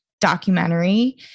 documentary